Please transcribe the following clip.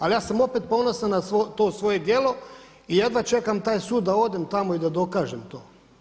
Ali ja sam opet ponosan na to svoje djelo i jedva čekam taj sud da odem tamo i da dokažem to.